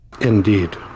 Indeed